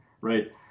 Right